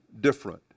different